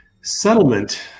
settlement